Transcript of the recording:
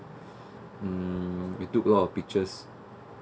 hmm we took a lot of pictures